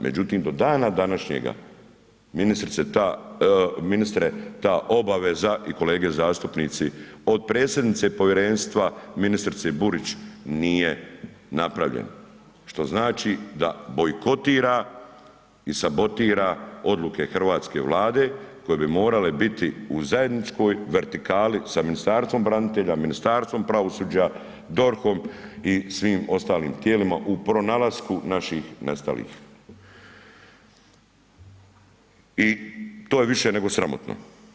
Međutim, do dana današnjega ministre ta obaveza i kolege zastupnici od predsjednice Povjerenstva ministrice Burić nije napravljen što znači da bojkotira i sabotira odluke hrvatske Vlade koje bi morale biti u zajedničkoj vertikali sa Ministarstvom branitelja, Ministarstvom pravosuđa, DORH-om i svim ostalim tijelima i pronalasku naših nestalih i to je više nego sramotno.